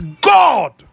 god